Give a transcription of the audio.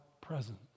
presence